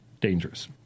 dangerous